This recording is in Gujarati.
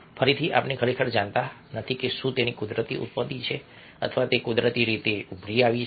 ફરીથી આપણે ખરેખર જાણતા નથી કે શું તેની કુદરતી ઉત્પત્તિ છે અથવા તે કુદરતી રીતે કેવી રીતે ઉભરી આવી છે